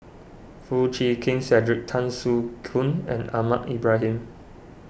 Foo Chee Keng Cedric Tan Soo Khoon and Ahmad Ibrahim